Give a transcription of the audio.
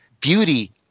beauty